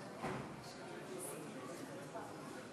שאילתות והנשיא כבר בדרך.